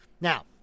now